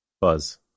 Buzz